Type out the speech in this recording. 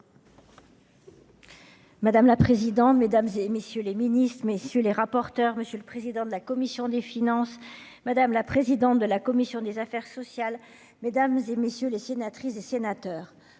Madame la présidente, mesdames et messieurs les ministres, messieurs les rapporteurs, monsieur le président de la commission des finances, madame la présidente de la commission des affaires sociales, mesdames et messieurs les sénatrices et sénateurs,